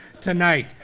tonight